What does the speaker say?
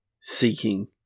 seeking